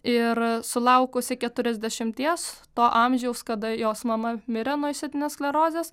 ir sulaukusi keturiasdešimties to amžiaus kada jos mama mirė nuo išsėtinės sklerozės